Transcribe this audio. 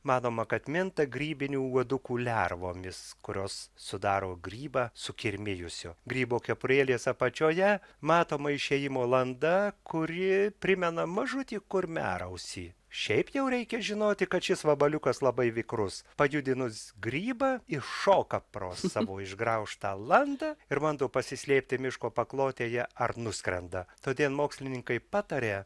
manoma kad minta grybinių uodukų lervomis kurios sudaro grybą sukirmijusio grybo kepurėlės apačioje matoma išėjimo landa kuri primena mažutį kurmiarausį šiaip jau reikia žinoti kad šis vabaliukas labai vikrus pajudinus grybą iššoka pro savo išgraužtą landą ir bando pasislėpti miško paklotėje ar nuskrenda todėl mokslininkai pataria